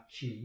Chi